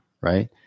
right